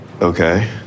Okay